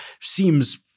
seems